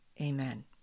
Amen